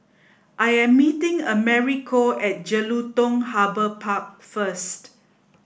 I am meeting Americo at Jelutung Harbour Park first